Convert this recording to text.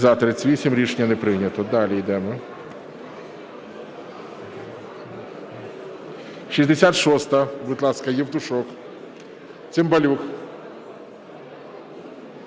За-38 Рішення не прийнято. Далі йдемо. 66-а, будь ласка, Євтушок. Цимбалюк.